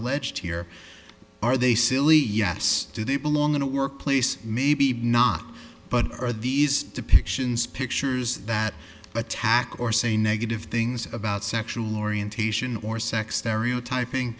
alleged here are they silly yes do they belong in a work place maybe not but are these depictions pictures that attack or say negative things about sexual orientation or sex stereotyping